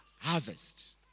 harvest